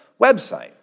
website